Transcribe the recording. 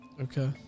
Okay